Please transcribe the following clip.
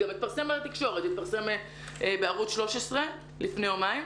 זה גם התפרסם בערוץ 13 לפני יומיים.